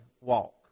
walk